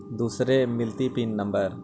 दुसरे मिलतै pin number?